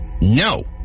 No